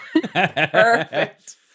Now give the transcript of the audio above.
Perfect